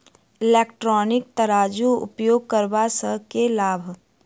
Electronic तराजू उपयोग करबा सऽ केँ लाभ?